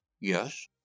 Yes